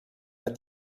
pas